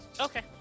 okay